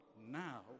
now